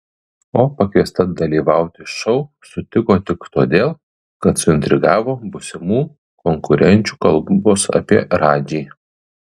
o pakviesta dalyvauti šou sutiko tik todėl kad suintrigavo būsimų konkurenčių kalbos apie radžį